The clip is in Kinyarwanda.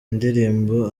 indirimbo